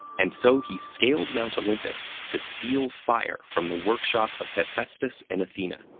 and so, he scaled mount olympus to steal fire from the workshop of hephaestus and athena.